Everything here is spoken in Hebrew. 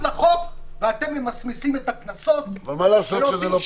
לחוק ואתם ממסמסים את הקנסות --- מה לעשות שזה לא נכון?